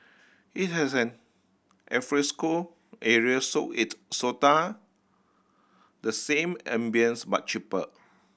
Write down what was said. it has an alfresco area so it sorta the same ambience but cheaper